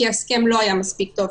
כי ההסכם לא היה מספיק טוב?